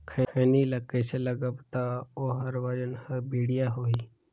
खैनी ला कइसे लगाबो ता ओहार वजन हर बेडिया होही?